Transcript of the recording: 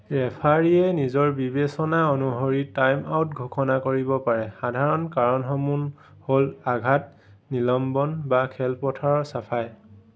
ৰেফাৰীয়ে নিজৰ বিবেচনা অনুসৰি টাইম আউট ঘোষণা কৰিব পাৰে সাধাৰণ কাৰণসমূহ হ'ল আঘাত নিলম্বন বা খেলপথাৰৰ চাফাই